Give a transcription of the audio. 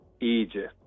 Egypt